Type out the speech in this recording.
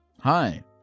Hi